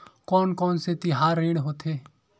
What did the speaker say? कोन कौन से तिहार ऋण होथे?